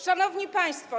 Szanowni Państwo!